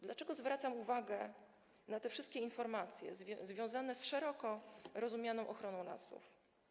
Dlaczego zwracam uwagę na te wszystkie informacje związane z szeroko rozumianą ochroną lasów?